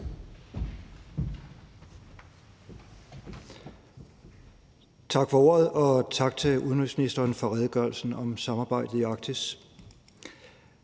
Tak for ordet, og tak til udenrigsministeren for redegørelsen om samarbejdet i Arktis.